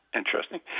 interesting